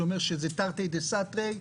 שאומר שזה תרתי דסתרי.